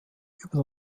über